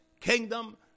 kingdom